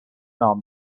نام